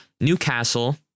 Newcastle